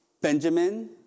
Benjamin